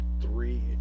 three